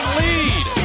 lead